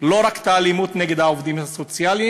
לדבר לא רק על האלימות נגד העובדים הסוציאליים,